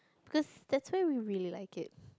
because that's where we really like it